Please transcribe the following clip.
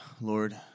Lord